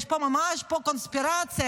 יש פה ממש קונספירציה,